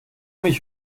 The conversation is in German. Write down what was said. mich